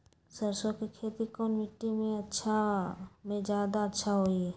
सरसो के खेती कौन मिट्टी मे अच्छा मे जादा अच्छा होइ?